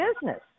business